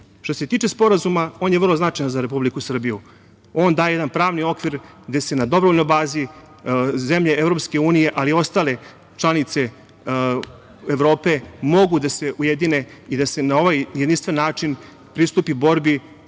se tiče sporazuma, on je vrlo značajan za Republiku Srbiju. On daje jedan pravni okvir gde se na dobrovoljnoj bazi zemlje EU, ali i ostale članice Evrope mogu da se ujedine i da se na ovaj jedinstven način pristupi borbi